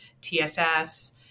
TSS